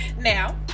Now